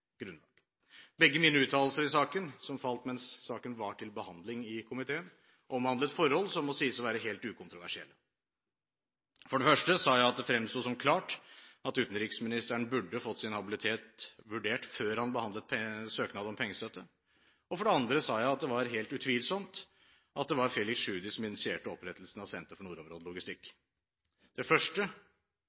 Begge mine uttalelser i saken – som falt mens saken var til behandling i komiteen – omhandlet forhold som må sies å være helt ukontroversielle. For det første sa jeg at det fremsto som klart at utenriksministeren burde fått sin habilitet vurdert før han behandlet søknaden om pengestøtte, og for det andre sa jeg at det var helt utvilsomt at det var Felix Tschudi som initierte opprettelsen av Senter for nordområdelogistikk. Det første